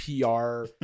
PR